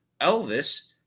Elvis